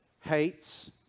hates